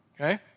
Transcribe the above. Okay